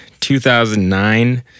2009